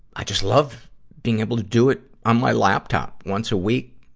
i just love being able to do it on my laptop once a week,